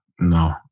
no